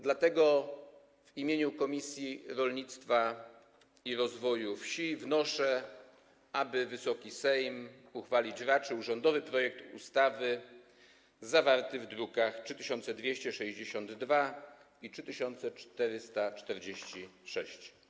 Dlatego w imieniu Komisji Rolnictwa i Rozwoju Wsi wnoszę, aby Wysoki Sejm uchwalić raczył rządowy projekt ustawy zawarty w drukach nr 3262 i 3446.